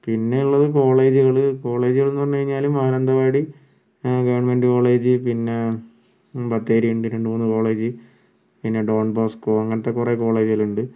പിന്നെയുള്ളത് കോളേജുകൾ കോളേജുകളെന്ന് പറഞ്ഞു കഴിഞ്ഞാൽ മാനന്തവാടി ഗവൺമെൻ്റ് കോളേജ് പിന്നെ ബത്തേരിയുണ്ട് രണ്ട് മൂന്ന് കോളേജ് പിന്നെ ഡോൺ ബോസ്ക്കോ അങ്ങനത്തെ കുറേ കോളേജുകൾ ഉണ്ട്